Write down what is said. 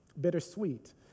Bittersweet